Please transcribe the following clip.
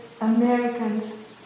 Americans